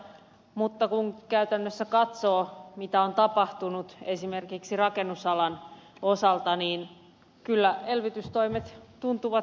mutta kun käytännössä katsoo mitä on tapahtunut esimerkiksi rakennusalan osalta niin kyllä elvytystoimet tuntuvat hyvin toimivan